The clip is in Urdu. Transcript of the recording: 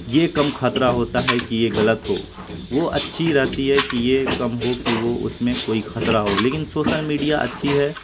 یہ کم خطرہ ہوتا ہے کہ یہ غلط ہو وہ اچھی رہتی ہے کہ یہ کم ہو کہ وہ اس میں کوئی خطرہ ہو لیکن سوسل میڈیا اچھی ہے